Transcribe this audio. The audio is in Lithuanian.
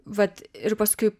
vat ir paskui